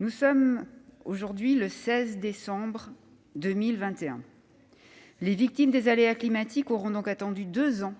nous sommes aujourd'hui le 16 décembre 2021 : les victimes des aléas climatiques auront donc attendu deux ans